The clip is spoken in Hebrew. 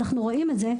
אנחנו רואים את זה,